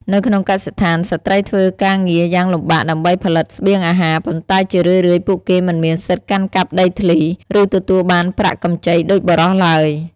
នៅក្នុងកសិដ្ឋាន ស្ត្រីធ្វើការងារយ៉ាងលំបាកដើម្បីផលិតស្បៀងអាហារ ប៉ុន្តែជារឿយៗពួកគេមិនមានសិទ្ធិកាន់កាប់ដីធ្លី ឬទទួលបានប្រាក់កម្ចីដូចបុរសឡើយ។